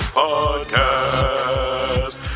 podcast